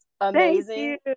amazing